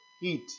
heat